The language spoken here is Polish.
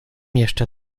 jeszcze